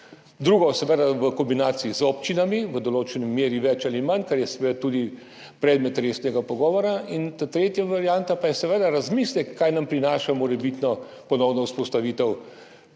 drugo, seveda v kombinaciji z občinami, v določeni meri, več ali manj, kar je seveda tudi predmet resnega pogovora, tretja varianta pa je seveda razmislek, kaj nam prinaša morebitna ponovna vzpostavitev